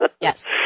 Yes